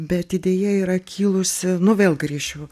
bet idėja yra kilusi nu vėl grįšiu